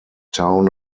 town